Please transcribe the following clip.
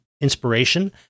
inspiration